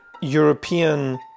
European